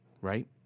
right